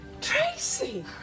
Tracy